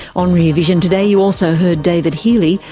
on rear vision today you also heard david healy,